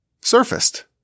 surfaced